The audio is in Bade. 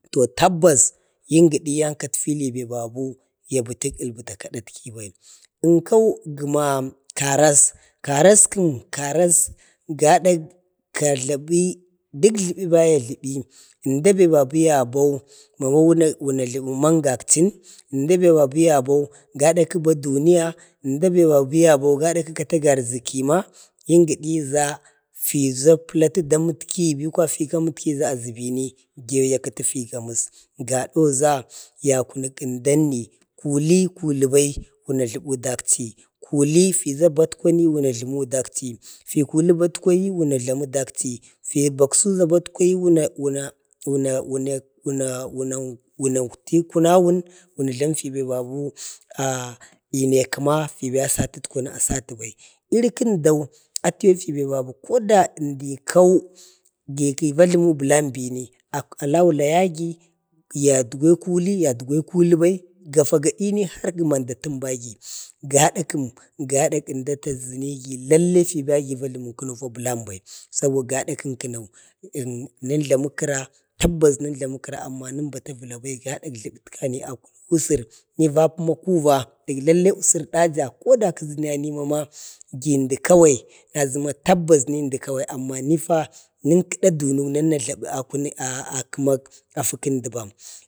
to tabbas yim gadi yan kaffi ili gadibe babu ya bati əlbəta adatki bai, nkau gəma karas, kararkəm karas gadak kajlabi, dək jlbibe ya jləbi əmdabe bebi ya bau mama wunək- wuni na jlami mangakchən, əmda bebi yabau gada kəba duniya əmda be yabou gada kəkata garʒəki ma, yim gadi ʒa fiʒa pəlatu da amətki bi ko fi amətki ʒa aʒubini biya kəti fi gamas. gadauʒa ya kunuk əmdanni kuli kuli bai wana jləbi dakchi. kuli kuli kuli bai wuna jləbi dakchi. fi kuli batkwani wunajlabi dakchi. fi baksu ʒa batkwani wuna wuna wunakti kunawun. wuna jlabifi fi babu kəma fiba satuk kwana a satubai. iri kəndau atəye fi babu koda əmdikau gi ki vajlumu bəlambinia laula yagi, ya dugwe kuli da dugwai kuli bai, gafa gadini har gəna əmda təmbagi gadakəm? gada əmda taʒənigi lallai fiba gi va jlumu kəno fa bəlanbai. sabo gada kənkano, ən nən jlamu kəra, tabbas nən jlamu amma nən bata vərabai gada jləbətka nai kunuk a usur, ni va puma kuva dək lallai usur daja, koda kəʒəyini ma gi əmdi kawai, na ʒənama tabbas ni əmdə kawai amma nifa nən kəda dunu nan na jlabi a kəmak afi kəndi bam.